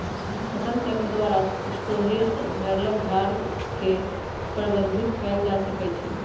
फसलचक्र द्वारा सेहो जङगल झार के प्रबंधित कएल जा सकै छइ